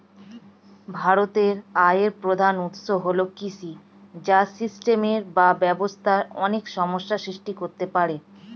ভারতের আয়ের প্রধান উৎস হল কৃষি, যা সিস্টেমে বা ব্যবস্থায় অনেক সমস্যা সৃষ্টি করতে পারে